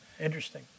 Interesting